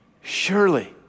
Surely